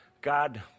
God